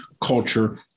culture